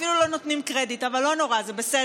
אפילו לא נותנים קרדיט, אבל לא נורא, זה בסדר.